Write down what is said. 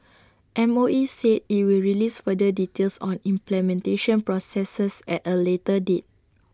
M O E said IT will release further details on implementation processes at A later date